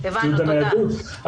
ציוד הניידות,